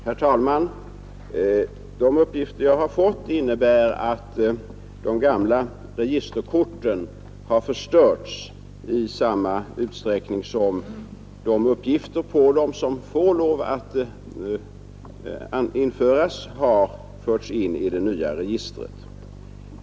Herr talman! De uppgifter som jag har fått innebär att de gamla registerkorten har förstörts i samma utsträckning som de uppgifter på dem som får lov att bevaras har förts in i det nya registret.